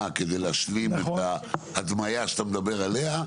כדי להשלים את ההדמיה שאתה מדבר עליה,